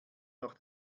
noch